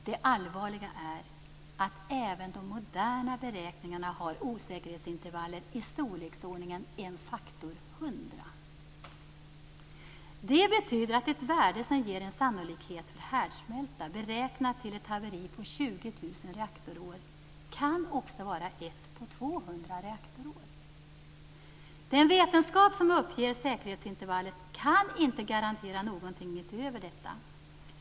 Det allvarliga är att även de moderna beräkningarna har osäkerhetsintervaller i storleksordningen faktor 100. Det betyder att ett värde som ger en sannolikhet för härdsmälta beräknat till ett haveri på 20 000 reaktorår kan också vara ett haveri på 200 Den vetenskap som uppger säkerhetsintervall kan inte garantera någonting utöver detta.